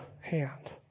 hand